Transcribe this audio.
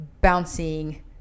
bouncing